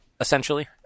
essentially